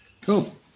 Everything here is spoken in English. Cool